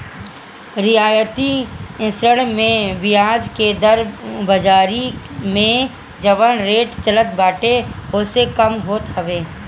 रियायती ऋण में बियाज के दर बाजारी में जवन रेट चलत बाटे ओसे कम होत हवे